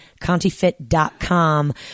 contifit.com